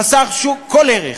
חסר כל ערך.